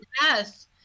Yes